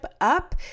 up